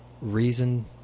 reason